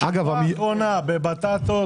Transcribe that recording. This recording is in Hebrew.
בבטטות